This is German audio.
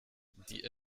die